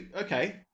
okay